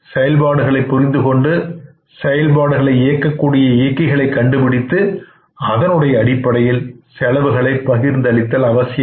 செயல்பாடுகளைப் புரிந்து கொண்டு செயல்பாடுகளை இயக்கக்கூடிய இயக்கிகளை கண்டுபிடித்து அதை அடிப்படையில் பகிர்ந்து அளித்தல் அவசியம்